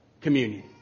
communion